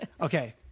okay